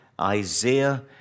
Isaiah